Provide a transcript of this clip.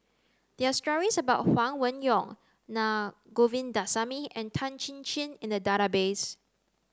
there are stories about Huang Wenhong Naa Govindasamy and Tan Chin Chin in the database